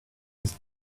his